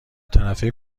طرفه